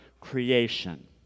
creation